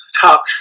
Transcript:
top